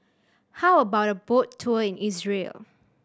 how about a boat tour in Israel